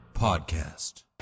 Podcast